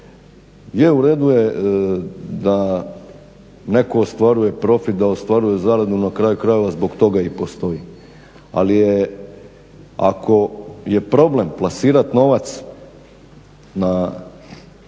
je u redu je da netko ostvaruje profit, da ostvaruje zaradu, na kraju krajeva zbog toga i postoji. Ali je ako je problem plasirati novac na